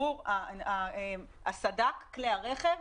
ותגבור סד"כ כלי הרכב,